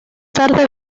tarde